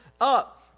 up